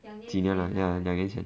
几年 ah ya 两年前